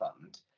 fund